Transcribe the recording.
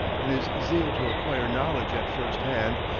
in his zeal to acquire knowledge at first hand,